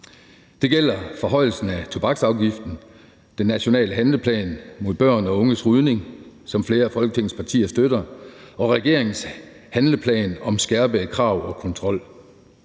Det gælder forhøjelsen af tobaksafgiften, den nationale handleplan mod børn og unges rygning, som flere af Folketingets partier støtter, og regeringens handleplan om skærpede krav og styrket